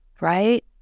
Right